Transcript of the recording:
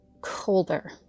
colder